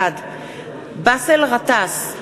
בעד באסל גטאס,